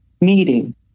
meeting